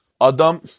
Adam